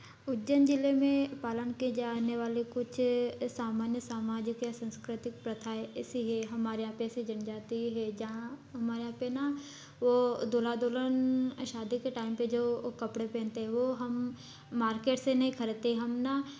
उज्जैन जिले में पालन की जाने वाली कुछ सामान्य सामाजिक या सांस्कृतिक प्रथाएँ ऐसी हैं हमारे यहाँ पर ऐसी जनजाति है जहाँ हमारे यहाँ पर ना वो दूल्हा दूल्हन शादी के टाइम पर जो कपड़े पहनते हैं वो हम मार्केट से नहीं खरीदते हम ना